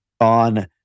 on